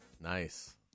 nice